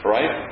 Right